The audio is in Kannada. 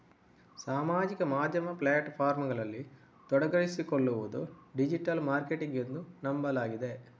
ಸಾಮಾಜಿಕ ಮಾಧ್ಯಮ ಪ್ಲಾಟ್ ಫಾರ್ಮುಗಳಲ್ಲಿ ತೊಡಗಿಸಿಕೊಳ್ಳುವುದು ಡಿಜಿಟಲ್ ಮಾರ್ಕೆಟಿಂಗ್ ಎಂದು ನಂಬಲಾಗಿದೆ